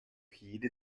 jede